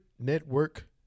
network